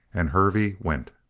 and hervey went.